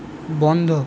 বন্ধ